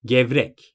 Gevrek